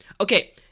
Okay